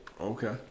Okay